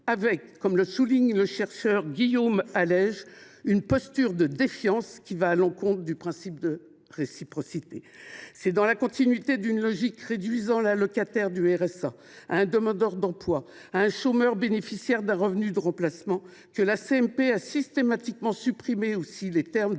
avec, comme le souligne le chercheur Guillaume Allègre, « une posture de défiance qui va à l’encontre du principe de réciprocité ». C’est dans la continuité d’une logique réduisant l’allocataire du RSA à un demandeur d’emploi, à un chômeur bénéficiaire d’un revenu de remplacement, que la commission mixte paritaire a systématiquement supprimé les termes de «